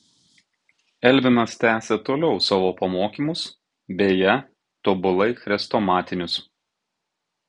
elvinas tęsė toliau savo pamokymus beje tobulai chrestomatinius